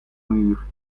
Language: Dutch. muur